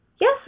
Yes